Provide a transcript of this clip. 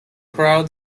crowd